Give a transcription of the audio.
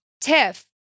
Tiff